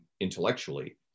intellectually